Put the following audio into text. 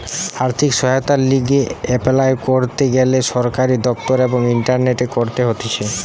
আর্থিক সহায়তার লিগে এপলাই করতে গ্যানে সরকারি দপ্তর এবং ইন্টারনেটে করতে হতিছে